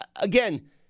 again